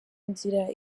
inzira